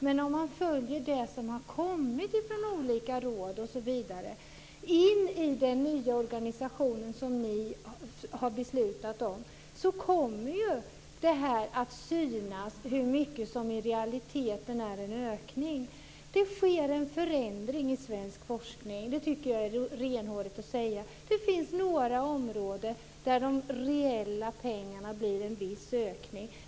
Men om man följer det som har kommit från olika råd osv. in i den nya organisationen som ni har beslutat om kommer det ju att synas hur mycket som i realiteten är en ökning. Det sker en förändring i svensk forskning. Det tycker jag är renhårigt att säga. Det finns några områden där de reella pengarna blir en viss ökning.